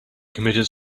committed